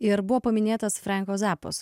ir buvo paminėtas franko zappos